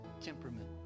temperament